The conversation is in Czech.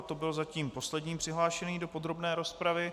To byl zatím poslední přihlášený do podrobné rozpravy.